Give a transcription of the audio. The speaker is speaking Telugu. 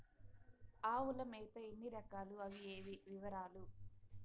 ఆవుల మేత ఎన్ని రకాలు? అవి ఏవి? వివరాలు?